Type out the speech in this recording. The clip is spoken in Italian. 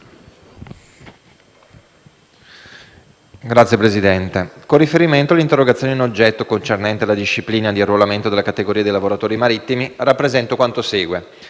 Signor Presidente, con riferimento all'interrogazione in oggetto, concernente la disciplina di arruolamento della categoria dei lavoratori marittimi, rappresento quanto segue.